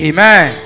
Amen